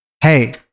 Hey